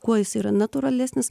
kuo jis yra natūralesnis